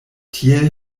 tiel